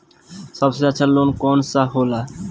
सबसे अच्छा लोन कौन सा होला?